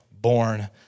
born